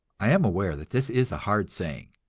i am aware that this is a hard saying,